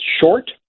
short